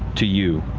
to you,